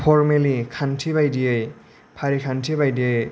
formally खान्थि बायदियै फारिखान्थि बायदियै